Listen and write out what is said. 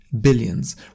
Billions